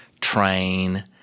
train